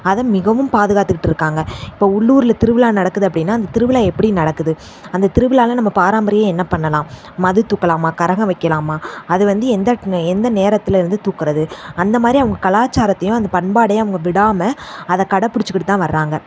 அத மிகவும் பாதுகாத்துக்கிட்டு இருக்காங்க இப்போ உள்ளூரில் திருவிழா நடக்குது அப்படின்னா அந்த திருவிழா எப்படி நடக்குது அந்த திருவிழாவில் நம்ம பாரம்பரியம் என்ன பண்ணலாம் மது தூக்கலாமா கரகம் வைக்கலாமா அது வந்து எந்த எந்த நேரத்திலேருந்து தூக்குறது அந்தமாதிரி அவங்க கலாச்சாரத்தையும் அந்த பண்பாடையும் அவங்க விடாமல் அதை கடைபுடிச்சிக்கிட்டுதான் வராங்க